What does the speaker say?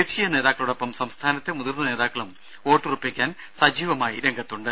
ദേശീയ നേതാക്കളോ ടൊപ്പം സംസ്ഥാനത്തെ മുതിർന്ന നേതാക്കളും വോട്ടുറപ്പിക്കാൻ സജീവമായി രംഗത്തുണ്ട്